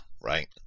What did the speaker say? right